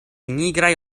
nigraj